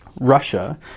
Russia